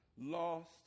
Lost